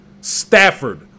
Stafford